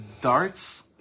darts